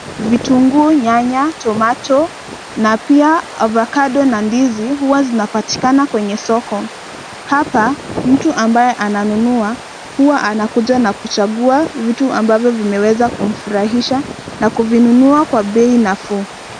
Vitunguu, nyanya, tomato na pia ovacado na ndizi, huwa zinapatikana kwenye soko. Hapa, mtu ambaye ananunua, huwa anakuja na kuchagua vitu ambavyo vimeweza kumfurahisha, na kuvinunua kwa bei nafuu.